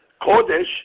Kodesh